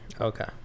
Okay